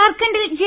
ജാർഖണ്ഡിൽ ജെ